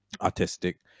artistic